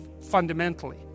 fundamentally